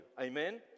Amen